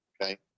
okay